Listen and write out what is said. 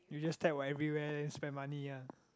you just tap what everywhere then spend money ah